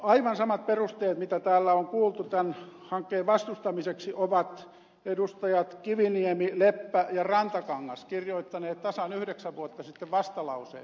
aivan samat perusteet mitä täällä on kuultu tämän hankkeen vastustamiseksi ovat edustajat kiviniemi leppä ja rantakangas kirjoittaneet tasan yhdeksän vuotta sitten vastalauseeseen